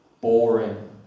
boring